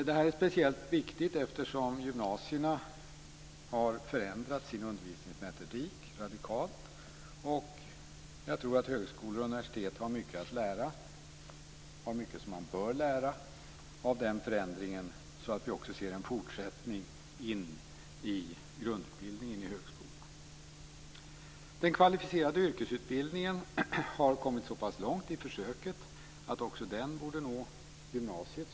Detta är speciellt viktigt eftersom gymnasierna radikalt har förändrat sin undervisningsmetodik, och jag tror att universitet och högskolor har mycket som de bör lära av den förändringen. Vi borde kunna se en fortsättning av detta in i grundutbildningen i högskolan. Försöket med den kvalificerade yrkesutbildningen har kommit så pass långt att också information från den borde nå gymnasiet.